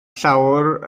llawr